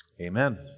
Amen